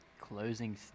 Closing